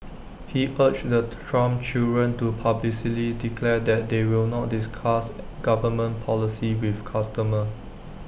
he urged the Trump children to publicly declare that they will not discuss government policy with customers